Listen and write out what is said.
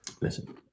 Listen